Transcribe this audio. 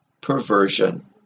perversion